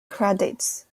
credits